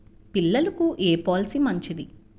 పిల్లలకు ఏ పొలసీ మంచిది?